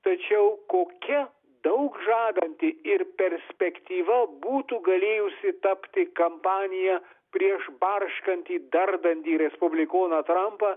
tačiau kokia daug žadanti ir perspektyva būtų galėjusi tapti kampanija prieš barškantį dardantį respublikoną trampą